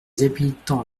habitans